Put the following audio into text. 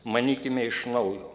manykime iš naujo